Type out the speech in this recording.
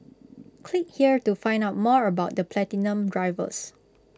click here to find out more about the platinum drivers